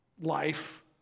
life